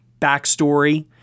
backstory